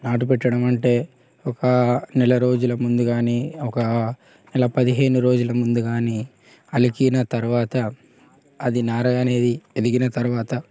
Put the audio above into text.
నాటు పెట్టడం అంటే ఒక నెల రోజుల ముందు గానీ ఒక నెల పదిహేను రోజులు ముందు గానీ అలికిన తర్వాతే అది నారద అనేది ఎదిగిన తర్వాత